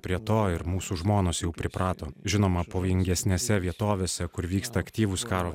prie to ir mūsų žmonos jau priprato žinoma pavojingesnėse vietovėse kur vyksta aktyvūs karo